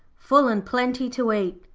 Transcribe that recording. full-and-plenty to eat,